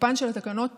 תוקפן של התקנות פקע.